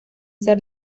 ser